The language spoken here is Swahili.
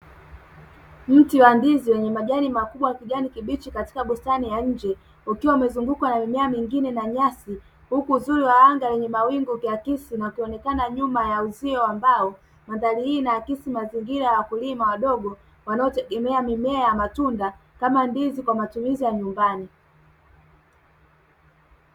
mti wa ndizi wenye majani makubwa kijani kibichi katika bustani ya nje ukiwa umezungukwa na mimea mingine na nyasi huku uzuri wa anga yenye mawingu ukiakisi na ukionekana nyuma ya uzio wa mbao mandhari hii inaakisi wakulima wadogo wanaotegemea mimea ya matunda kama ndizi kwa matumizi ya nyumbani.